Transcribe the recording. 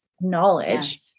knowledge